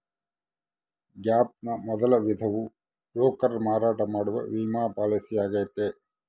gap ನ ಮೊದಲ ವಿಧವು ಬ್ರೋಕರ್ ಮಾರಾಟ ಮಾಡುವ ವಿಮಾ ಪಾಲಿಸಿಯಾಗೈತೆ